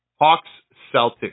Hawks-Celtics